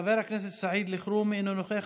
חבר הכנסת סעיד אלחרומי, אינו נוכח.